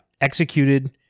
executed